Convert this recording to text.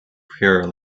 pure